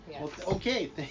okay